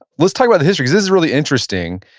let's talk about the history cause this is really interesting.